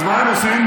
אז מה הם עושים?